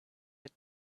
had